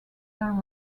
than